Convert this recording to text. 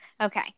Okay